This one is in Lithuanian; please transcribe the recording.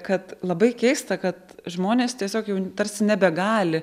kad labai keista kad žmonės tiesiog jau tarsi nebegali